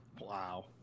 Wow